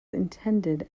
intended